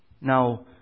Now